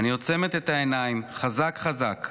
אני עוצמת את העיניים חזק-חזק,